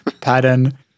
pattern